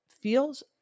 feels